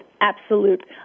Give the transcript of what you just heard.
absolute